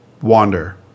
wander